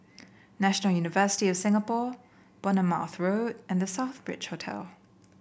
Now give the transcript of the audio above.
National University of Singapore Bournemouth Road and The Southbridge Hotel